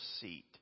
seat